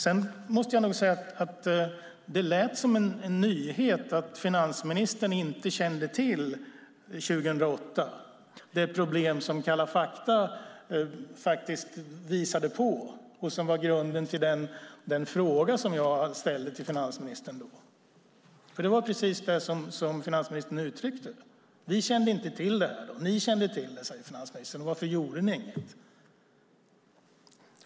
Sedan måste jag säga att det lät som en nyhet att finansministern 2008 inte kände till det problem som Kalla fakta faktiskt visade på och som var grunden till den fråga som jag ställde till finansministern då. Det var precis det som finansministern uttryckte: Vi kände inte till det här. Ni kände till det, säger finansministern, varför gjorde ni inget?